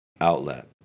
outlet